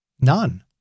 None